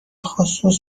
خصوص